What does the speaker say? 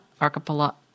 Archipelago